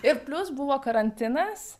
ir plius buvo karantinas